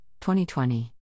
2020